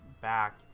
back